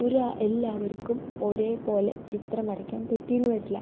ഒരാ എല്ലാവർക്കും ഒരേ പോലെ ചിത്രം വരയ്ക്കാൻ പറ്റീന്ന് വരില്ല